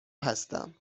هستم